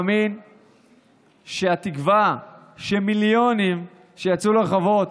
אני מאמין שהתקווה של מיליונים שיצאו לרחובות